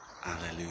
Hallelujah